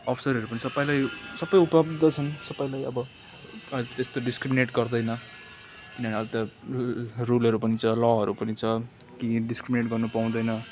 अवसरहरू पनि सबैलाई सबै उपलब्ध छन् सबैलाई अब त्यस्तो डिस्क्रिमिनेट गर्दैन अनि अहिले त रूलहरू पनि छ लहरू पनि छ कि डिस्क्रिमिनेट गर्न पाउँदैन